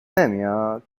نمیاد